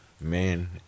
men